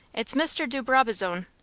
it's mr. de brabazon.